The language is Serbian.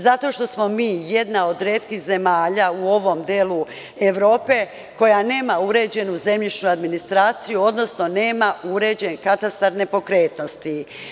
Zato što smo mi jedna od retkih zemalja u ovom delu Evrope koja nema uređenu zemljišnu administraciju, odnosno nema uređen katastar nepokretnosti.